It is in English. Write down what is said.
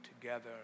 together